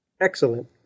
excellent